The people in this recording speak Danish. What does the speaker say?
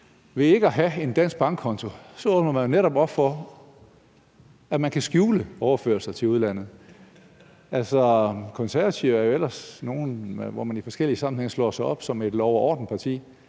Ved ikke at have en dansk bankkonto åbner man netop op for, at man kan skjule overførsler til udlandet. Altså, Konservative er jo ellers nogle, der i forskellige sammenhænge slår sig op på at være et lov og orden-parti.